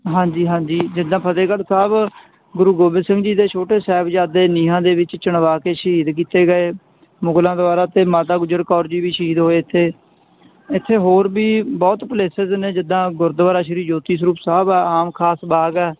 ਹਾਂਜੀ ਹਾਂਜੀ ਜਿੱਦਾਂ ਫਤਿਹਗੜ੍ਹ ਸਾਹਿਬ ਗੁਰੂ ਗੋਬਿੰਦ ਸਿੰਘ ਜੀ ਦੇ ਛੋਟੇ ਸਾਹਿਬਜ਼ਾਦੇ ਨੀਹਾਂ ਦੇ ਵਿੱਚ ਚਿਣਵਾ ਕੇ ਸ਼ਹੀਦ ਕੀਤੇ ਗਏ ਮੁਗਲਾਂ ਦੁਆਰਾ ਅਤੇ ਮਾਤਾ ਗੁਜਰ ਕੌਰ ਜੀ ਵੀ ਸ਼ਹੀਦ ਹੋਏ ਇੱਥੇ ਹੋਰ ਵੀ ਬਹੁਤ ਪਲੇਸਿਸ ਨੇ ਜਿੱਦਾਂ ਗੁਰਦੁਆਰਾ ਸ਼੍ਰੀ ਜੋਤੀ ਸਰੂਪ ਸਾਹਿਬ ਆਮ ਖਾਸ ਬਾਗ ਹੈ